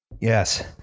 Yes